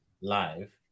live